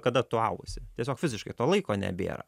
kada tu ausi tiesiog fiziškai to laiko nebėra